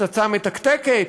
פצצה מתקתקת,